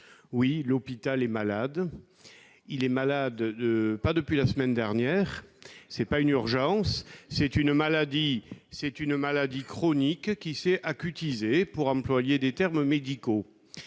Oui, l'hôpital est malade, et cela ne remonte pas à la semaine dernière ! Ce n'est pas une urgence ; c'est une maladie chronique qui s'est acutisée, pour employer des termes médicaux.